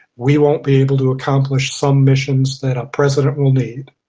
we won't be able to accomplish some missions that our president will need,